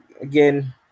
again